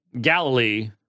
Galilee